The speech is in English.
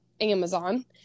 Amazon